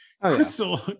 Crystal